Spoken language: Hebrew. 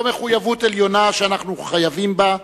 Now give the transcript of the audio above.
זו מחויבות עליונה שאנחנו חייבים בה,